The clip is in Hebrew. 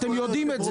אתם יודעים את זה.